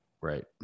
Right